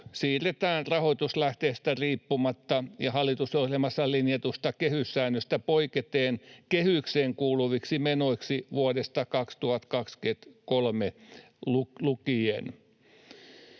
siirretään rahoituslähteestä riippumatta ja hallitusohjelmassa linjatusta kehyssäännöstä poiketen kehykseen kuuluviksi menoiksi vuodesta 2023 lukien.